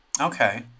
Okay